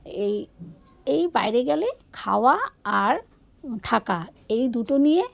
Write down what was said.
এই এই বাইরে গেলে খাওয়া আর থাকা এই দুটো নিয়ে